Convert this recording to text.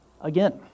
again